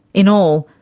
in all,